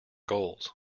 goals